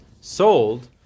sold